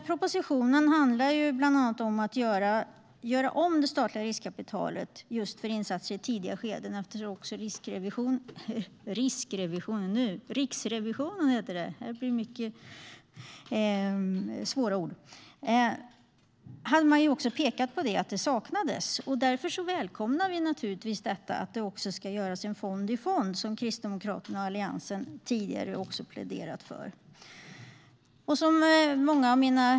Propositionen handlar bland annat om att göra om det statliga riskkapitalet just för insatser i tidiga skeden. Riksrevisionen har pekat på att de saknas. Därför välkomnar vi naturligtvis att det ska göras en fond-i-fond, vilket Kristdemokraterna och Alliansen också har pläderat för tidigare.